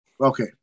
Okay